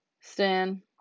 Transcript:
Stan